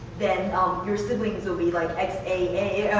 then your siblings will be like x, a,